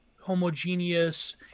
homogeneous